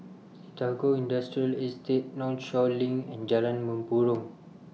Tagore Industrial Estate Northshore LINK and Jalan Mempurong